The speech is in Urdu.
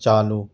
چالو